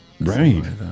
right